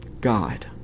God